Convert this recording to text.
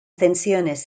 tensiones